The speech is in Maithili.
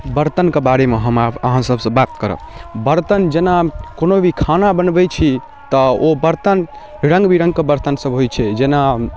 बर्तनके बारेमे हम आब अहाँ सबसँ बात करब बर्तन जेना कोनो भी खाना बनबै छी तऽ ओ बर्तन रङ्ग बिरङ्गके बर्तनसँ होइ छै जेना